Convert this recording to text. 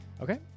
Okay